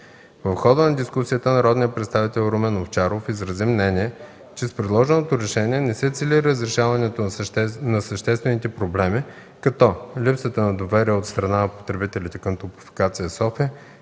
В хода на дискусията народният представител Румен Овчаров изрази мнение, че с предложеното решение не се цели разрешаването на съществените проблеми, като: липсата на доверие от страна на потребителите към „Топлофикация София”,